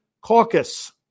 caucus